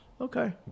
Okay